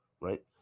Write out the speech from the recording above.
Right